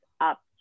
up